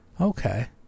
Okay